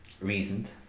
reasoned